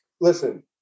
listen